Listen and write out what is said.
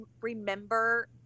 remember